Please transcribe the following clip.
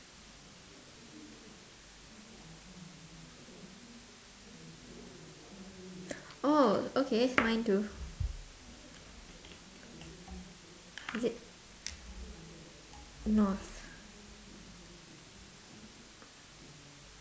oh okay mine too is it north